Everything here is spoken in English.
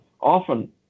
often